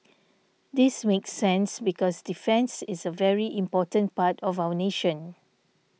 this makes sense because defence is a very important part of our nation